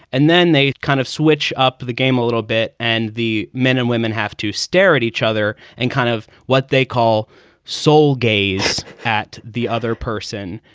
and then they kind of switch up the game a little bit. and the men and women have to stare at each other and kind of what they call soul gaze at the other person.